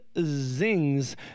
Zing's